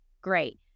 great